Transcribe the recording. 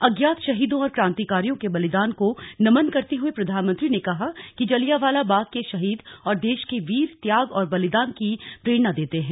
अज्ञात शहीदों और क्रांतिकारियों के बलिदान को नमन करते हुए प्रधानमंत्री ने कहा कि जलियांवाला बाग के शहीद और देश के वीर त्याग और बलिदान की प्रेरणा देते हैं